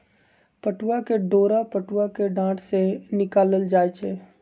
पटूआ के डोरा पटूआ कें डार से निकालल जाइ छइ